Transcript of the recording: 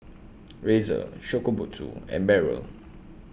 Razer Shokubutsu and Barrel